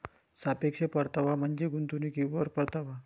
सापेक्ष परतावा म्हणजे गुंतवणुकीवर परतावा